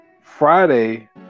Friday